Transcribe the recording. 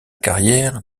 carrière